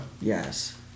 Yes